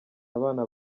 abana